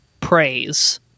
praise